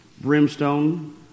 brimstone